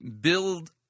Build